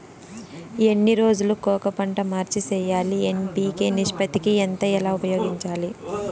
ఎన్ని రోజులు కొక పంట మార్చి సేయాలి ఎన్.పి.కె నిష్పత్తి ఎంత ఎలా ఉపయోగించాలి?